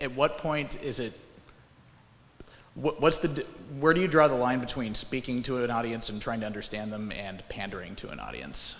at what point is it what's the where do you draw the line between speaking to an audience and trying to understand them and pandering to an audience